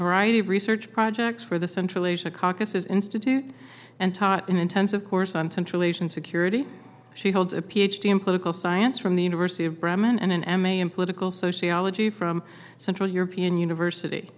variety of research projects for the central asia caucus institute and taught in intensive course on central asian security she holds a ph d in political science from the university of bremen and an emmy and political sociology from central european university